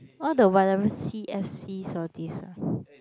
all the whatever c_f_cs all these ah